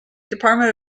department